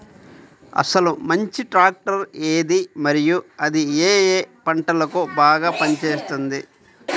అసలు మంచి ట్రాక్టర్ ఏది మరియు అది ఏ ఏ పంటలకు బాగా పని చేస్తుంది?